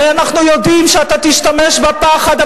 הרי אנחנו יודעים שאתה תשתמש בפחד.